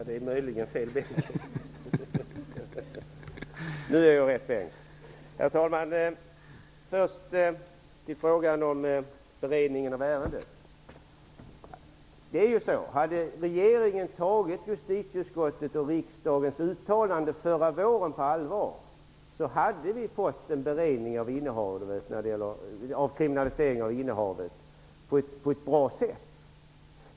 Herr talman! Först tar jag upp frågan om beredningen av ärendet. Om regeringen hade tagit justitieutskottets och riksdagens uttalande förra våren på allvar hade vi fått en beredning när det gäller kriminalisering av innehavet på ett bra sätt.